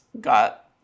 got